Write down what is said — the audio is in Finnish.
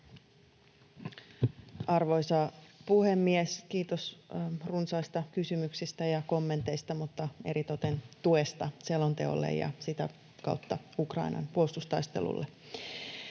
Arvoisa puhemies! Kiitos runsaista kysymyksistä ja kommenteista, mutta eritoten tuesta selonteolle ja sitä kautta Ukrainan puolustustaistelulle.